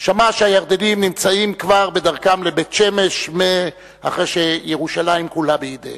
שמע שהירדנים נמצאים כבר בדרכם לבית-שמש אחרי שירושלים כולה בידיהם,